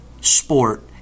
sport